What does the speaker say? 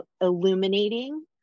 illuminating